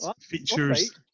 features